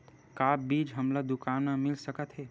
का बीज हमला दुकान म मिल सकत हे?